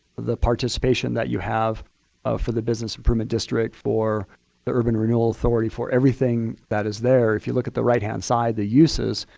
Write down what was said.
the participation that you have for the business improvement district, for the urban renewal authority, for everything that is there if you look at the right hand side the uses,